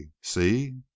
See